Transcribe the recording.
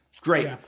Great